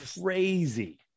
crazy